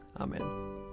Amen